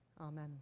Amen